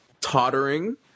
tottering